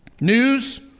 News